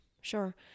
Sure